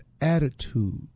attitude